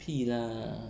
屁 lah